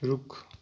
ਰੁੱਖ